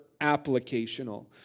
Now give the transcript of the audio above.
applicational